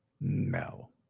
No